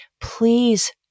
please